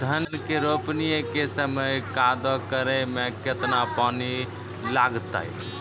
धान के रोपणी के समय कदौ करै मे केतना पानी लागतै?